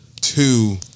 Two